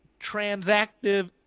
transactive